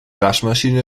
waschmaschine